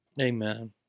Amen